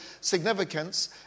significance